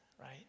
right